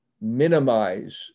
minimize